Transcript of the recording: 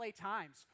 Times